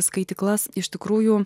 skaityklas iš tikrųjų